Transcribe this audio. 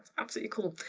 absolutely, cool.